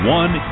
one